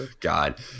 God